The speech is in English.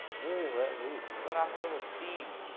really let loose. let off a little steam.